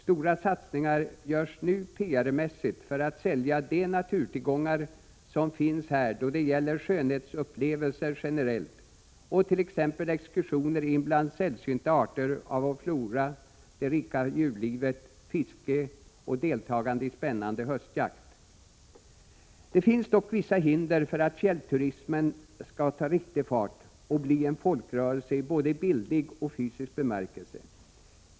Stora satsningar görs nu PR-mässigt för att sälja de naturtillgångar som finns i form av skönhetsupplevelser generellt, exkursioner in bland sällsynta arter av vår flora, det rika djurlivet, fiske och deltagande i spännande höstjakt. Det finns dock vissa hinder för att fjällturismen skall ta riktig fart och bli en folkrörelse i både bildlig och fysisk bemärkelse.